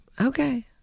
Okay